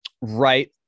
right